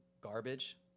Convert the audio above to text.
garbage